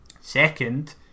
Second